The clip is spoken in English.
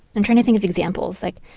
i'm trying to think of examples. like,